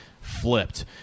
flipped